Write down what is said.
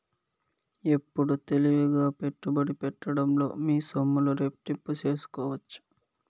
ఎప్పుడు తెలివిగా పెట్టుబడి పెట్టడంలో మీ సొమ్ములు రెట్టింపు సేసుకోవచ్చు